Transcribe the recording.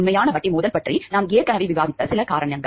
உண்மையான வட்டி மோதல் பற்றி நாம் ஏற்கனவே விவாதித்த சில காரணங்கள்